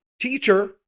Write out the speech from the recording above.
Teacher